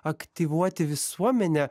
aktyvuoti visuomenę